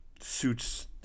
suits